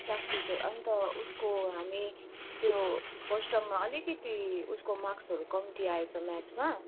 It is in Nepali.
क्लास टिचर अन्त उसको हामी त्यो फर्स्ट टर्ममा अलिकति उसको मार्क्सहरू कम्ती आएछ म्याचमा